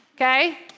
okay